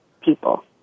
people